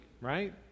right